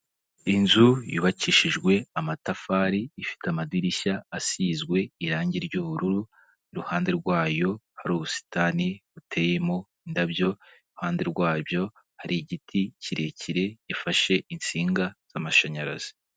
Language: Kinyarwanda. Inzu yubakishijwe amatafari, ifite amadirishya asizwe irangi ry'ubururu, iruhande rwayo hari ubusitani buteyemo indabyo, iruhande rwabyo hari igiti kirekire gifashe insinga z'amashanyarazi.